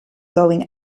going